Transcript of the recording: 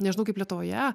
nežinau kaip lietuvoje